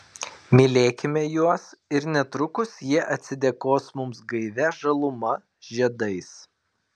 mylėkime juos ir netrukus jie atsidėkos mums gaivia žaluma žiedais